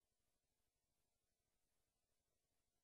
אין